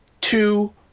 two